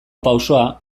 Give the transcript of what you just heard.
pausoa